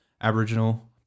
Aboriginal